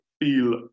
feel